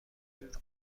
جور